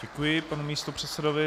Děkuji panu místopředsedovi.